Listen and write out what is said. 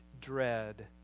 dread